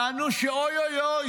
טענו שאוי אוי אוי,